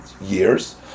years